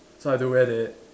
so I had to wear that